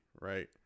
right